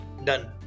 Done